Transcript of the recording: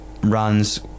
runs